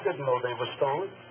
i don't